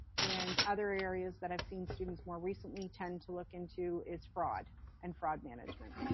and other areas that i've seen students more recently tend to look into is fraud and fraud management.